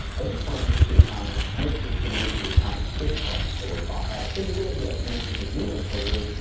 at this point in the history of comics, most are distributed through the comic strip form. they were bought by a syndicate who had connections with numerous papers,